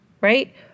right